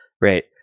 right